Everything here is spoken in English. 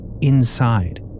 inside